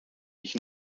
ich